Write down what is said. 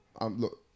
Look